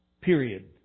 Period